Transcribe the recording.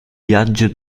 viaggio